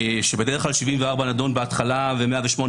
שבדרך כלל 74 נדון בהתחלה ו-108 בהמשך,